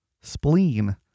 Spleen